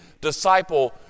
disciple